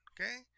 okay